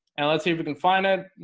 and let's see if we can find it.